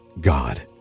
God